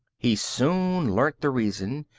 he soon learnt the reason,